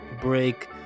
break